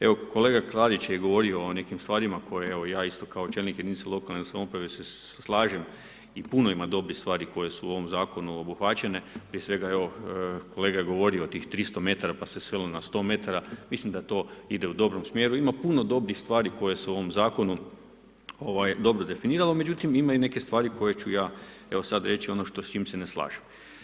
Evo kolega Klarić je govorio o nekim stvarima koje ja isto kao čelnik jedinice lokalne samouprave se slažem i puno ima dobrih stvari koje su u ovom zakonu obuhvaćene, prije svega evo kolega je govorio o tih 300 metara pa seli na 100 metara, mislim da to ide u dobrom smjeru ima puno dobrih stvari koje se u ovom zakonu dobro definiralo, međutim ima i neke stvari koje ću ja evo sad reći ono što s čim se ne slažem.